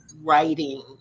writing